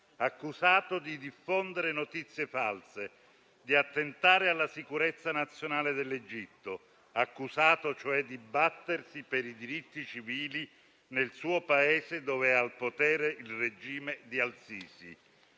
accusato di diffondere notizie false, di attentare alla sicurezza nazionale dell'Egitto, accusato cioè di battersi per i diritti civili nel tuo Paese dove è al potere il regime di al-Sisi.